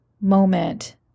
moment